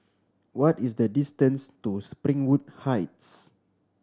what is the distance to Springwood Heights